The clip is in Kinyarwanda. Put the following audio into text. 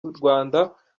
rwanda